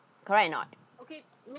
correct or not